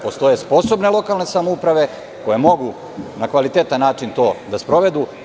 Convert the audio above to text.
Postoje sposobne lokalne samouprave koje mogu na kvalitetan način da to sprovedu.